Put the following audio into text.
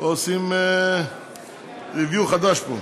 עושים review פה: